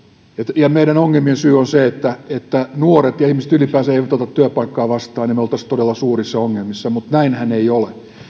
ja meidän ongelmiemme syy olisi se että että nuoret ja ihmiset ylipäänsä eivät ottaisi työpaikkaa vastaan niin me olisimme todella suurissa ongelmissa mutta näinhän ei ole